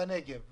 בנגב.